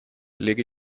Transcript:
lege